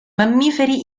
mammiferi